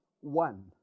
one